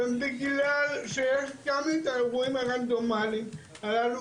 בגלל שיש גם את האירועים הרנדומליים הללו,